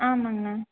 ஆமாம்ங்கண்ணா